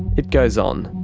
it goes on.